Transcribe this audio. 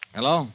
Hello